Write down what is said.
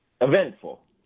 Eventful